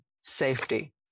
safety